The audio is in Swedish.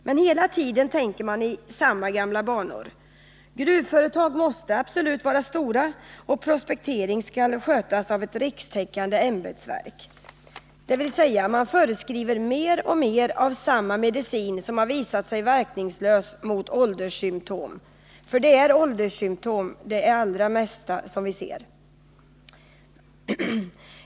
Men hela tiden tänker man i samma gamla ärför vi har banor: gruvföretag måste absolut vara stora, och prospektering skall skötas av ett rikstäckande ämbetsverk, dvs. man föreskriver mer och mer av samma medicin trots att den visat sig verkningslös mot ålderssymtomen — för det är ålderssymtom det allra mesta som vi ser.